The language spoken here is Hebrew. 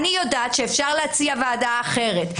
אני יודעת שאפשר להציע ועדה אחרת,